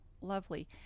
lovely